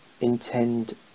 intend